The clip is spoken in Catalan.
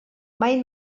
mai